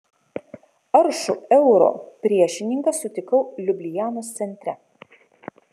aršų euro priešininką sutikau liublianos centre